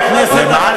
מה לגבי נהגי מונית?